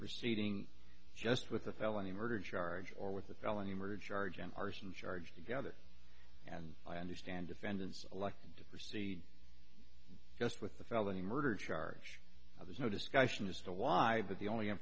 proceeding just with the felony murder charge or with the felony murder charge and arson charge together and i understand defendants elected to proceed just with the felony murder charge of there's no discussion as to why but the only